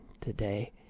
today